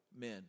men